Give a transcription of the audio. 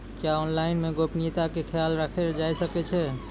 क्या ऑनलाइन मे गोपनियता के खयाल राखल जाय सकै ये?